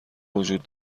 وجود